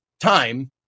time